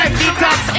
detox